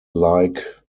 like